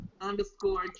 underscore